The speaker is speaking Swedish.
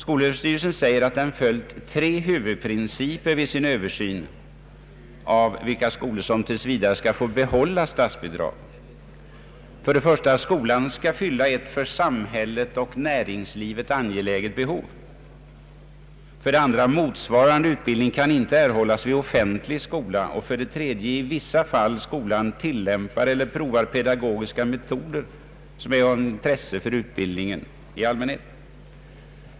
Skolöverstyrelsen säger att den följt tre huvudprinciper vid sin öÖöversyn av vilka skolor som tills vidare skall få behålla statsbidrag: 1) Skolan skall fylla ett för samhället och näringslivet angeläget behov. 2) Motsvarande utbildning kan inte erhållas vid offentlig skola. 3) I vissa fall där skolan tillämpar eller prövar pedagogiska metoder, som är av intresse för utbildningen i allmänhet.